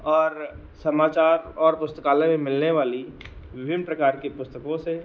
और समाचार और पुस्तकालय में मिलने वाली विभिन्न प्रकार की पुस्तकों से